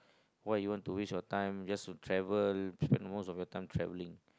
what you want to reach on time just to travel spend most of your time traveling